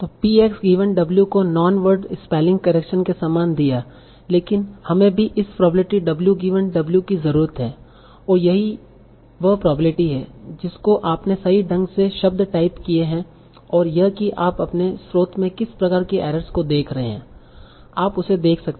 P X given W को non word spelling correction के समान दिया लेकिन हमें भी इस प्रोबेब्लिटी w गिवन w की जरूरत है और यही वह प्रोबेब्लिटी है जिसको आपने सही ढंग से शब्द टाइप किये है और यह कि आप अपने स्रोत में किस प्रकार की एरर्स को देख रहे हैं आप उसे देख सकते हैं